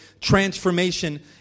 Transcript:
transformation